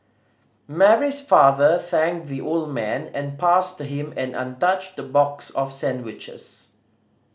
Mary's father thanked the old man and passed him an untouched box of sandwiches